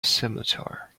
scimitar